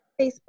Facebook